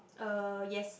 uh yes